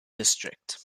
district